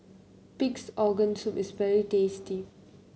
Pig's Organ Soup is very tasty